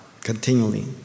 continually